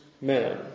man